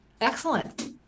Excellent